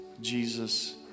Jesus